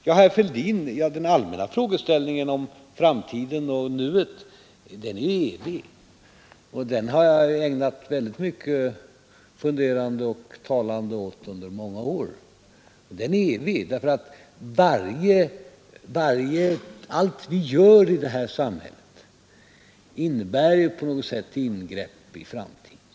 Jag har under många år, herr Fälldin, ägnat mycket funderande och mycket talande åt den allmänna frågeställningen om framtiden och nuet. Allt vi gör i det här samhället innebär ju på något sätt ingrepp i framtiden.